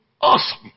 awesome